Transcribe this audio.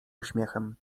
uśmiechem